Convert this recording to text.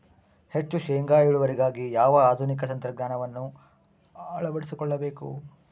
ಹೆಚ್ಚು ಶೇಂಗಾ ಇಳುವರಿಗಾಗಿ ಯಾವ ಆಧುನಿಕ ತಂತ್ರಜ್ಞಾನವನ್ನು ಅಳವಡಿಸಿಕೊಳ್ಳಬೇಕು?